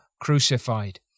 crucified